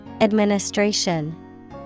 Administration